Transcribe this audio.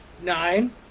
nine